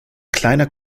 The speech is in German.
kleiner